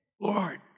Lord